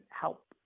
help